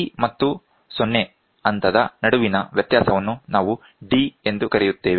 c ಮತ್ತು 0 ಹಂತದ ನಡುವಿನ ವ್ಯತ್ಯಾಸವನ್ನು ನಾವು d ಎಂದು ಕರೆಯುತ್ತೇವೆ